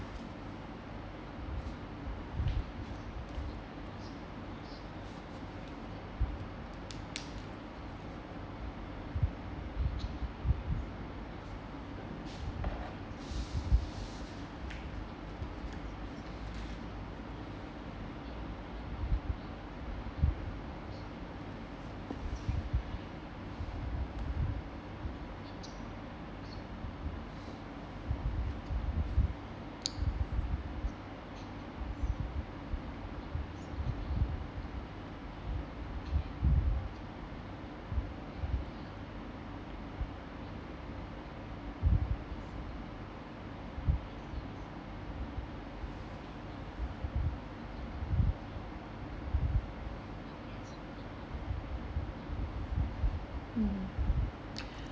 mm